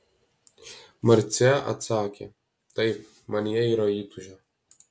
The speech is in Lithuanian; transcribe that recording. marcė atsakė taip manyje yra įtūžio